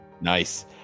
Nice